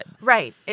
Right